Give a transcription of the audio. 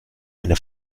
eine